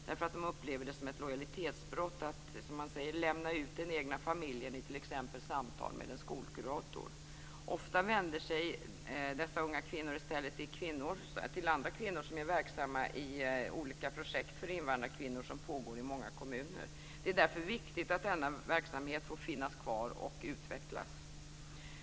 De upplever det som ett lojalitetsbrott att, som man säger, lämna ut den egna familjen i t.ex. samtal med en skolkurator. Ofta vänder sig dessa unga kvinnor i stället till andra kvinnor som är verksamma de i olika projekt för invandrarkvinnor som pågår i många kommuner. Det är därför viktigt att denna verksamhet får finnas kvar och utvecklas.